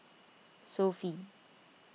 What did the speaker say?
Sofy